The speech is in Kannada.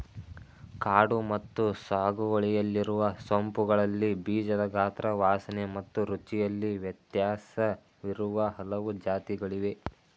ಕಾಡು ಮತ್ತು ಸಾಗುವಳಿಯಲ್ಲಿರುವ ಸೋಂಪುಗಳಲ್ಲಿ ಬೀಜದ ಗಾತ್ರ ವಾಸನೆ ಮತ್ತು ರುಚಿಯಲ್ಲಿ ವ್ಯತ್ಯಾಸವಿರುವ ಹಲವು ಜಾತಿಗಳಿದೆ